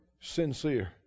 Sincere